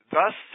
Thus